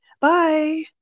Bye